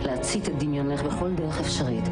בהפקת דרומה הפקות,